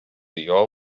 your